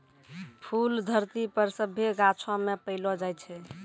फूल धरती पर सभ्भे गाछौ मे पैलो जाय छै